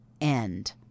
end